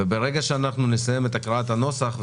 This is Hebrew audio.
כאשר נסיים את הקראת הנוסח,